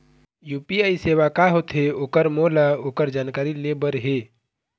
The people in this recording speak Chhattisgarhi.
यू.पी.आई सेवा का होथे ओकर मोला ओकर जानकारी ले बर हे?